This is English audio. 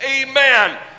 Amen